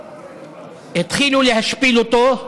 והתחילו להשפיל אותו,